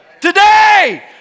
Today